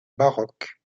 baroque